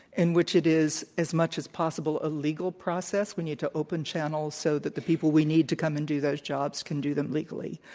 in which it is as much as possible, a legal process. we need to open channels so that the people we need to come and do those jobs can do them legally.